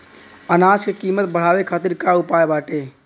अनाज क कीमत बढ़ावे खातिर का उपाय बाटे?